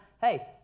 hey